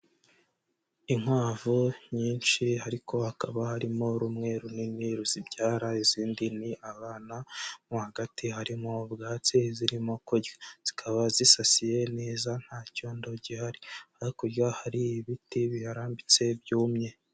Inkwavu nyinshi ariko hakaba harimo rumwe runini ruzibyara izindi ni abana, mo hagati harimo ubwatsi zirimo kurya, zikaba zisasiye neza nta cyondo gihari, hakurya hari ibiti biharambitse byumye.